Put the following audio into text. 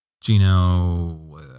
Gino